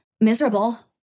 miserable